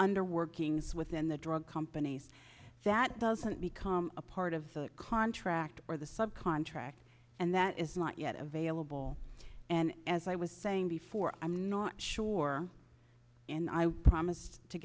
under workings within the drug companies that doesn't become a part of the contract or the sub contract and that is not yet available and as i was saying before i'm not sure and i promised to